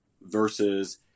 versus